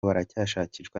baracyashakishwa